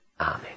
Amen